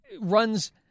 runs